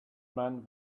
man